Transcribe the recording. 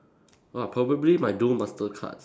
ah probably my duel master cards